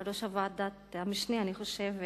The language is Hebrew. המשנה, אני חושבת,